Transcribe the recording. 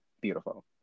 Beautiful